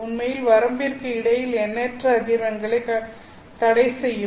உண்மையில் வரம்பிற்கு இடையில் எண்ணற்ற அதிர்வெண்களைத் தடைசெய்யும்